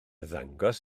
ddangos